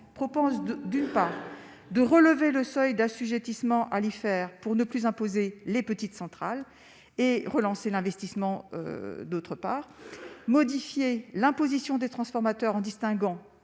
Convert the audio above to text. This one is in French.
propose de : d'une part, de relever le seuil d'assujettissement à les faire pour ne plus imposer les petites centrales et relancer l'investissement, d'autre part, modifier l'imposition des transformateurs en distinguant